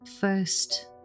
first